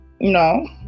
No